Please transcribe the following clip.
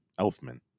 Elfman